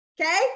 Okay